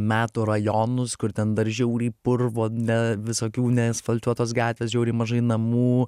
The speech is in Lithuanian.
metų rajonus kur ten dar žiauriai purvo ne visokių neasfaltuotos gatvės žiauriai mažai namų